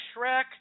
Shrek